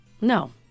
No